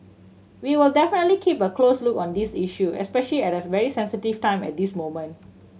we will definitely keep a close look on this issue especial at it's a very sensitive time at this moment